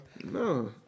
No